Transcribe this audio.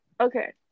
okay